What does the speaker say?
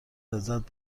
لذت